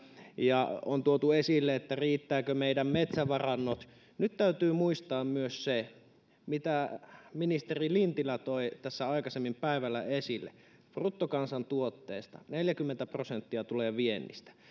ja on tuotu esille riittävätkö meidän metsävarannot nyt täytyy muistaa myös se mitä ministeri lintilä toi tässä aikaisemmin päivällä esille bruttokansantuotteesta neljäkymmentä prosenttia tulee viennistä